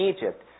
Egypt